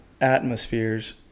atmospheres